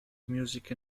music